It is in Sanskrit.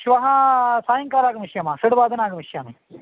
श्वः सायङ्काले आगमिष्यामः षड्वादने आगमिष्यामि